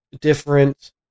different